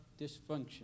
dysfunction